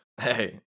Hey